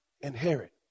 inherit